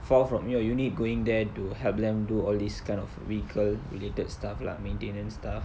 four from your unit going there to help them do all these kind of vehicle related stuff lah maintenance stuff